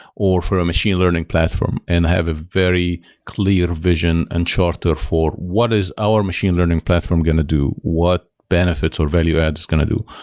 or for a machine learning platform, and have a very clear vision and charter for what is our machine learning platform going to do? what benefits, or value-add it's going to do?